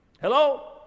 Hello